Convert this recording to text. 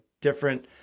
different